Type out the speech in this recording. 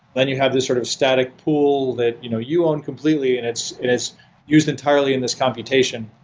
and you have this sort of static pool that you know you own completely and it's it's used entirely in this computation.